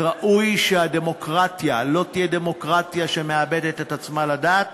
ראוי שהדמוקרטיה לא תהיה דמוקרטיה שמאבדת את עצמה לדעת